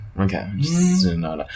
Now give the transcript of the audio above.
Okay